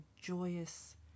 joyous